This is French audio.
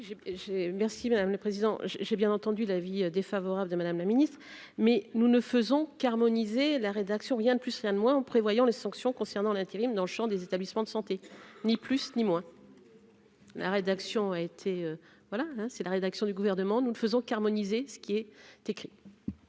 merci madame le président, j'ai bien entendu l'avis défavorable de Madame la Ministre, mais nous ne faisons qu'harmoniser la rédaction, rien de plus là loin en prévoyant des sanctions concernant l'intérim dans le Champ des établissements de santé, ni plus ni moins. La rédaction a été voilà hein, c'est la rédaction du gouvernement, nous ne faisons harmoniser ce qui est écrit.